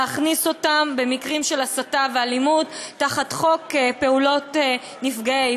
להכניס אותן במקרים של הסתה ואלימות תחת חוק נפגעי פעולות איבה,